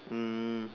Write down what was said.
um